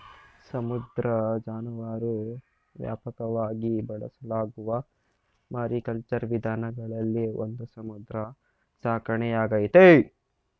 ಸಮುದ್ರ ಜಾನುವಾರು ವ್ಯಾಪಕವಾಗಿ ಬಳಸಲಾಗುವ ಮಾರಿಕಲ್ಚರ್ ವಿಧಾನಗಳಲ್ಲಿ ಒಂದು ಸಮುದ್ರ ಸಾಕಣೆಯಾಗೈತೆ